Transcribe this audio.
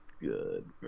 good